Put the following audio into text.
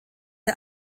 der